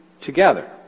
together